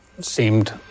seemed